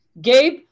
Gabe